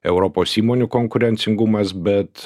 europos įmonių konkurencingumas bet